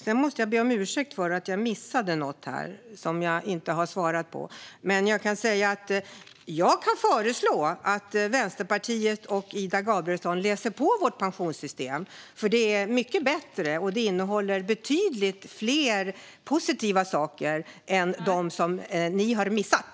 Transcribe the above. Jag måste be om ursäkt om jag missar att svara på något här. Jag vill dock föreslå att Vänsterpartiet och Ida Gabrielsson läser på om vårt pensionssystem. Det är nämligen mycket bättre och innehåller betydligt fler positiva saker än dem ni har missat.